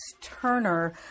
Turner